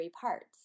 parts